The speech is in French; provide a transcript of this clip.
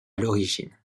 l’origine